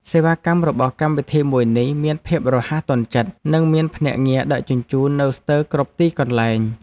សេវាកម្មរបស់កម្មវិធីមួយនេះមានភាពរហ័សទាន់ចិត្ត និងមានភ្នាក់ងារដឹកជញ្ជូននៅស្ទើរគ្រប់ទីកន្លែង។